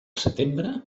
setembre